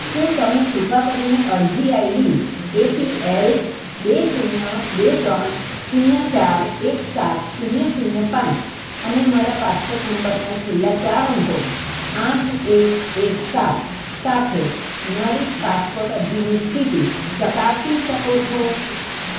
શું તમે કૃપા કરીને અરજી આઈડી એપીએલ બે શૂન્ય બે ત્રણ શૂન્ય ચાર એક સાત શૂન્ય શૂન્ય પાંચ અને મારા પાસપોર્ટ નંબરના છેલ્લા ચાર અંકો આઠ એક એક સાત સાથે મારી પાસપોર્ટ અરજીની સ્થિતિ ચકાસી શકો છો